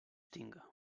tinga